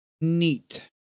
neat